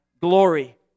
glory